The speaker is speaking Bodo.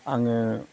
आङो